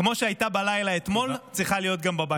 כמו שהייתה אתמול בלילה, צריכה להיות גם בבית הזה.